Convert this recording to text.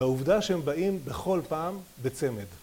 בעובדה שהם באים בכל פעם בצמד.